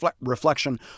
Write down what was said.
reflection